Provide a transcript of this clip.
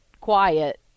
quiet